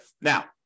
Now